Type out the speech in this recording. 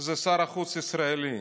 הוא שר החוץ הישראלי.